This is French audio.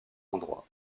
endroits